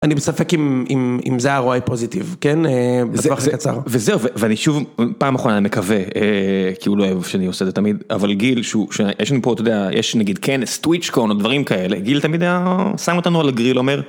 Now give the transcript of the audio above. אני מספק אם זה הרואה פוזיטיב, זה דבר קצר, וזהו ואני שוב פעם אחרונה מקווה, כי הוא לא אוהב שאני עושה את זה תמיד, אבל גיל שיש נגיד כנס טוויץ'קון או דברים כאלה, גיל תמיד שם אותנו על הגריל אומר.